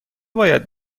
باید